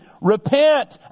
repent